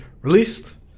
released